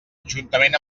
juntament